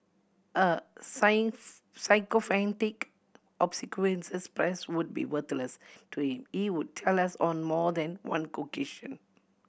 a sycophantic obsequious press would be worthless to him he would tell us on more than one occasion